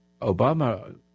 Obama